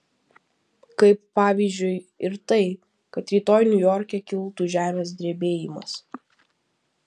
kaip pavyzdžiui ir tai kad rytoj niujorke kiltų žemės drebėjimas